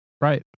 Right